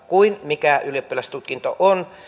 kuin mikä ylioppilastutkinto on